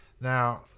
Now